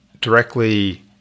directly